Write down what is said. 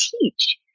teach